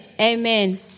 Amen